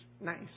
nice